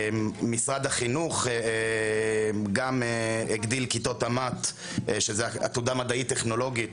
משרד החינוך גם הגדיל כיתות תמ"ת שזה עתודה מדעית-טכנולוגית,